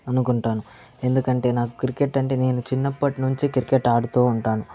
అనుకుంటాను ఎందుకంటే నాకు క్రికెట్ అంటే నేను చిన్నప్పట్నుంచి క్రికెట్ ఆడుతూ ఉంటాను